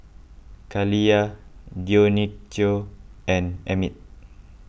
Kaliyah Dionicio and Emit